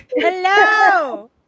Hello